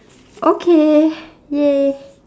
okay !yay!